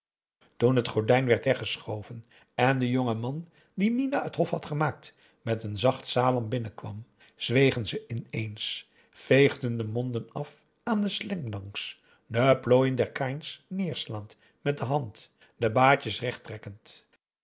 toen het gordijn werd weggeschoven en de jonge man die minah het hof had gemaakt met een zacht salam binnenkwam zwegen ze ineens veegden de monden af aan de slendangs de plooien der kains neerslaand met de hand de baadjes